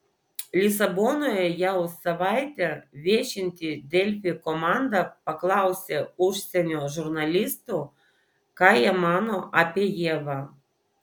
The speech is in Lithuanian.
lisabonoje jau savaitę viešinti delfi komanda paklausė užsienio žurnalistų ką jie mano apie ievą